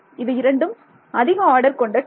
இவை இரண்டும் அதிக ஆர்டர் கொண்ட டேர்ம்கள்